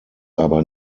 aber